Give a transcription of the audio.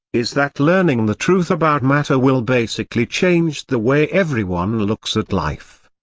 is that learning the truth about matter will basically change the way everyone looks at life.